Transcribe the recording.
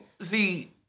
see